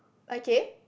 okay